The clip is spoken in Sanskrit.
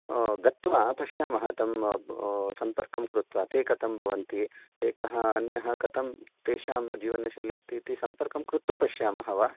गत्वा पश्यामः तं सम्पर्कं कृत्वा ते कथं भवन्ति एकः अन्यः कथं तेषां जीवनशैली अस्ति इति सम्पर्कं कृत्वा पश्यामः वा